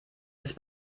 ist